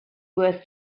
worth